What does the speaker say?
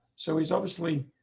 so he's obviously